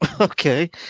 okay